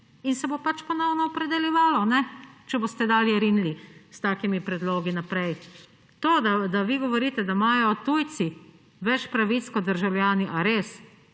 in se bo ponovno opredeljevalo, če boste dalje rinili s takimi predlogi naprej. To, da vi govorite, da imajo tujci več pravic kot državljani. A res?